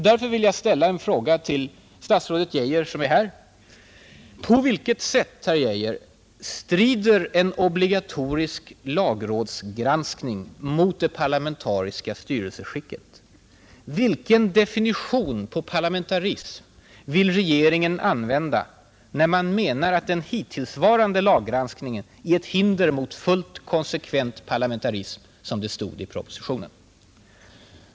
Därför vill jag ställa en fråga till statsrådet Geijer som är närvarande: På vilket sätt strider en obligatorisk lagrådsgranskning mot det parlamentariska styrelseskicket? Vilken definition på parlamentarism vill regeringen använda när man menar att den hittillsvarande laggranskningen är ett hinder för ”fullt konsekvent parlamentarism”?